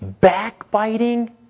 backbiting